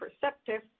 Perceptive